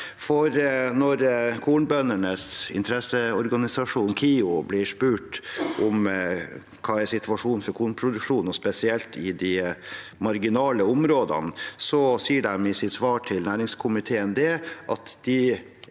Når kornbøndenes interesseorganisasjon, KiO, blir spurt hva situasjonen er for kornproduksjonen og spesielt i de marginale områdene, sier de i sitt svar til næringskomiteen at de